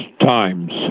times